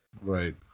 Right